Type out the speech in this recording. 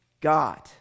God